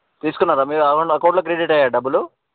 తీసుకున్నారా మీరు ఆ రోజున అకౌంట్లో క్రెడిట్ అయ్యాయా డబ్బులు